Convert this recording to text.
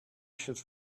should